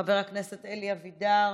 חבר הכנסת אלי אבידר,